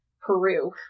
Peru